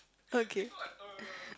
okay